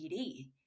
PD